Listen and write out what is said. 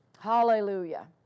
hallelujah